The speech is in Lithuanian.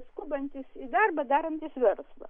skubantis į darbą darantis verslą